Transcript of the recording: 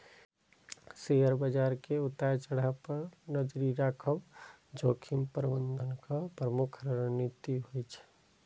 share बाजार के उतार चढ़ाव पर नजरि राखब जोखिम प्रबंधनक प्रमुख रणनीति होइ छै